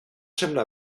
sembla